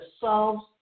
solves